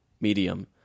medium